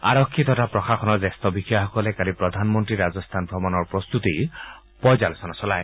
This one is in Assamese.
আৰক্ষী তথা প্ৰশাসনৰ জ্যেষ্ঠ বিষয়াসকলে কালি প্ৰধানমন্ত্ৰীৰ ৰাজস্থান ভ্ৰমণৰ প্ৰস্তুতিৰ পৰ্যালোচনা চলায়